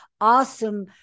awesome